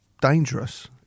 dangerous